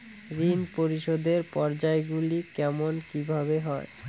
ঋণ পরিশোধের পর্যায়গুলি কেমন কিভাবে হয়?